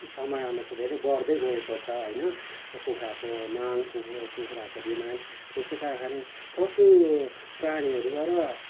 समयअनुसार धेरै बढ्दै गएको छ होइन कुखुराको माग कुखुराको डिमान्ड त्यसैका अनि पशुप्राणीहरूबाट